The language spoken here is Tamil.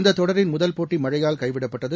இந்தத் தொடரின் முதல் போட்டி மழையால் கைவிடப்பட்டது